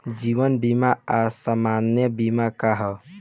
जीवन बीमा आ सामान्य बीमा का ह?